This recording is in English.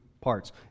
parts